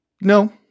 no